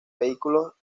vehículos